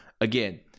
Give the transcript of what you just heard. Again